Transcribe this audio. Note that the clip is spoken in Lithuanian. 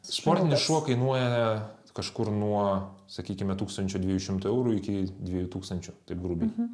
sportinis šuo kainuoja kažkur nuo sakykime tūkstančio dviejų šimtų eurų iki dviejų tūkstančių taip grubiai